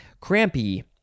Crampy